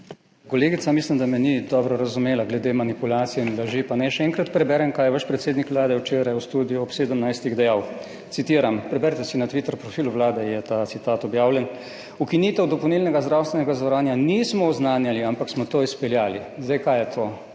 Kolegica mislim, da me ni dobro razumela glede manipulacij in laži, pa naj še enkrat preberem, kar je vaš predsednik Vlade včeraj v Studiu ob 17.00 dejal, citiram. Preberite si, na Twitter profilu Vlade je ta citat objavljen: »Ukinitev dopolnilnega zdravstvenega zavarovanja nismo oznanjali, ampak smo to izpeljali.« Kaj je to?